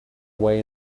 way